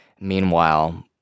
Meanwhile